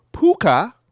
Puka